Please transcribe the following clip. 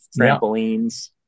trampolines